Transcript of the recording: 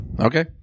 okay